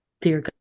dear